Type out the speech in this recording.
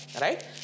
right